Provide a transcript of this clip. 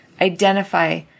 identify